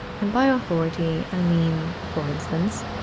and by ah authority, i mean, for instance,